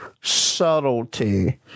subtlety